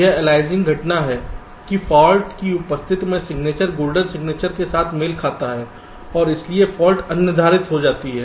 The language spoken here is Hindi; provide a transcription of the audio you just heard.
यह अलायसिंग घटना है कि फाल्ट की उपस्थिति में सिग्नेचर गोल्डन सिग्नेचर के साथ मेल खाता है और इसलिए फाल्ट अनिर्धारित हो जाती है